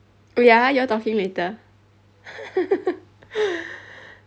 oh ya you all talking later